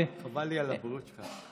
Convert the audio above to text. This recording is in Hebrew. חבל לי על הבריאות שלך.